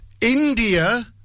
India